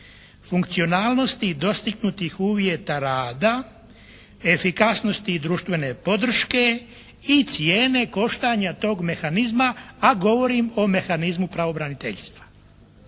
funkcionalnosti dostignutih uvjeta rada, efikasnosti društvene podrške i cijene koštanja tog mehanizma a govorim o mehanizmu pravobraniteljstva.